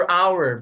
hour